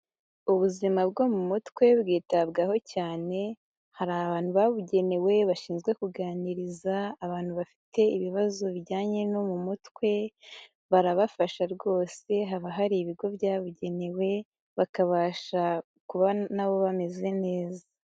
Ubuzima bwo mu mutwe bwitabwaho cyane, hari abantu babugenewe bashinzwe kuganiriza abantu bafite ibibazo bijyanye no mu mutwe, barabafasha rwose haba hari ibigo byabugenewe, bakabasha kuba nabo bameze neza.